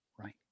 Right